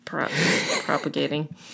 Propagating